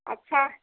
अच्छा